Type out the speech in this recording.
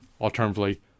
alternatively